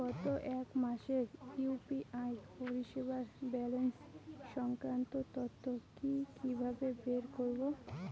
গত এক মাসের ইউ.পি.আই পরিষেবার ব্যালান্স সংক্রান্ত তথ্য কি কিভাবে বের করব?